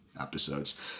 episodes